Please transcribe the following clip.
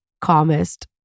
calmest